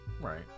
right